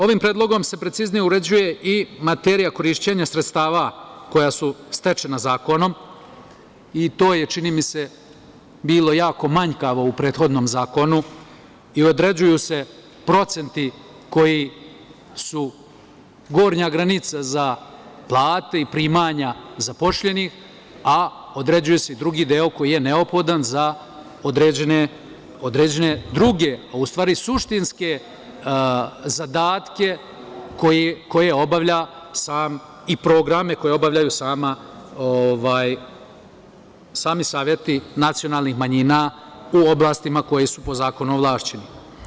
Ovim predlogom se preciznije uređuje i materija korišćenja sredstava koja su stečena zakonom i to je čini mi se bilo jako manjkavo u prethodnom zakonu i određuju se procenti koji su gornja granica za plate i primanja zaposlenih, a određuje se i drugi deo koji je neophodan za određene druge u stvari suštinske zadatke koje obavljaju sami saveti nacionalnih manjina u oblastima u kojima su po zakonima ovlašćeni.